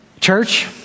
Church